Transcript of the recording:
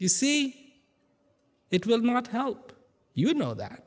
you see it will not help you know that